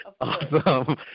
Awesome